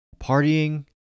Partying